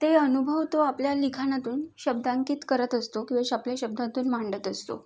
ते अनुभव तो आपल्या लिखाणातून शब्दांकित करत असतो किंवा आपल्या शब्दातून मांडत असतो